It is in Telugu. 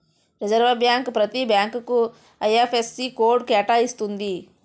రిజర్వ్ బ్యాంక్ ప్రతి బ్యాంకుకు ఐ.ఎఫ్.ఎస్.సి కోడ్ కేటాయిస్తుంది